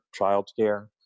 childcare